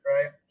Right